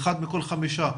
אחד מכל חמישה,